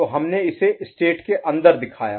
तो हमने इसे स्टेट के अंदर दिखाया